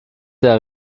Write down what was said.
der